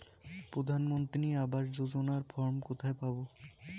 প্রধান মন্ত্রী আবাস যোজনার ফর্ম কোথায় পাব?